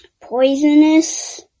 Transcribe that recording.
poisonous